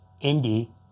Indy